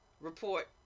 report